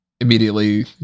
immediately